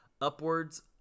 upwards